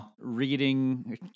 reading